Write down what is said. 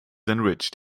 enriched